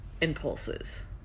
impulses